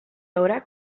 haurà